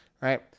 Right